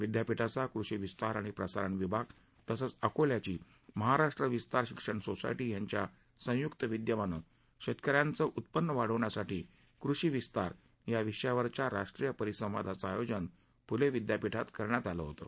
विद्यापीठाचा कृषी विस्तार आणि प्रसारण विभाग तसंच अकोल्याची महाराष्ट्र विस्तार शिक्षण सोसायटी यांच्या संयुक्त विद्यमानं शेतकऱ्यांचं उत्पन्न वाढवण्यासाठी कृषी विस्तार या विषयावरच्या राष्ट्रीय परिसंवादाचं आयोजन फूले विद्यापीठात करण्यात आलं होतं